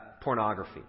pornography